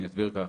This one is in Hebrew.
אני אסביר ככה.